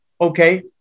Okay